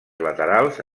laterals